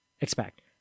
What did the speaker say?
expect